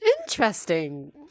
interesting